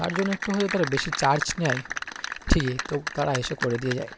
তার জন্য একটু হয়তো তারা বেশি চার্জ নেয় ঠিকই তবু তারা এসে করে দিয়ে যায়